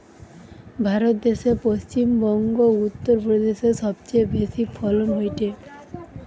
ভারত দ্যাশে পশ্চিম বংগো, উত্তর প্রদেশে সবচেয়ে বেশি ফলন হয়টে